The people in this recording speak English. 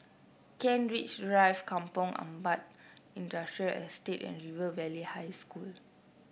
Kent Ridge Drive Kampong Ampat Industrial Estate and River Valley High School